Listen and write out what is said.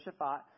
Shaphat